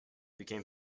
became